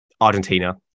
Argentina